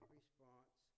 response